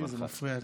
זה מפריע לי.